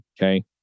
okay